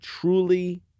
truly